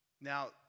Now